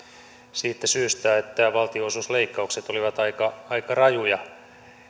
siitä syystä että valtionosuusleik kaukset olivat aika aika rajuja